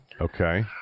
Okay